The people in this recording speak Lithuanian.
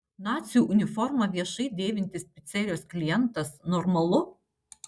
nacių uniformą viešai dėvintis picerijos klientas normalu